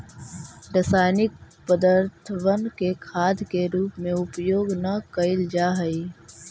रासायनिक पदर्थबन के खाद के रूप में उपयोग न कयल जा हई